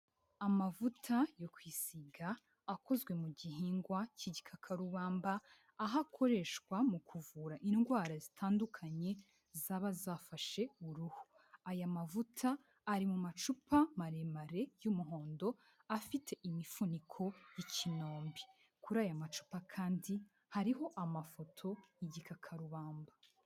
Amavuta yo kwisiga akozwe mu gihingwa cy'igikakarubamba aho akoreshwa mu kuvura indwara zitandukanye zaba zafashe uruhu, aya mavuta ari mu macupa maremare y'umuhondo, afite imifuniko y'ikinombe kuri, aya macupa kandi hariho amafoto igikakarubamba.